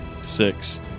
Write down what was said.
Six